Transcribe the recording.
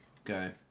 Okay